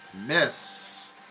Miss